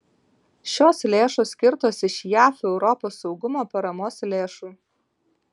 šios lėšos skirtos iš jav europos saugumo paramos lėšų